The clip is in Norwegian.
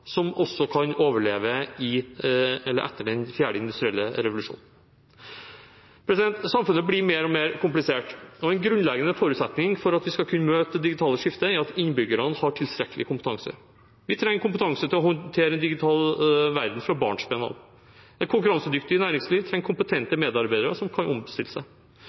som også kan overleve etter den fjerde industrielle revolusjonen. Samfunnet blir mer og mer komplisert, og en grunnleggende forutsetning for at vi skal kunne møte det digitale skiftet, er at innbyggerne har tilstrekkelig kompetanse. Vi trenger kompetanse til å håndtere en digital verden fra barnsben av. Et konkurransedyktig næringsliv trenger kompetente medarbeidere som kan omstille seg.